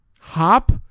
Hop